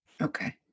Okay